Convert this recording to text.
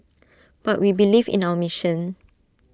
but we believe in our mission